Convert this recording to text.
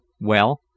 Well